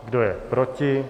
Kdo je proti?